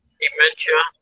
dementia